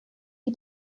die